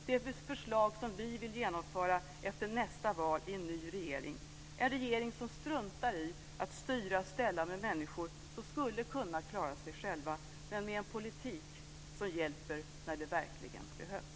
Det är förslag som vi vill genomföra efter nästa val i en ny regering - en regering som struntar i att styra och ställa med människor som skulle kunna klara sig själva, men med en politik som hjälper när det verkligen behövs.